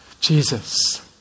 Jesus